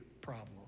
problem